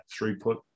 throughput